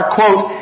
quote